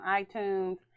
iTunes